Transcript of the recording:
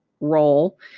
role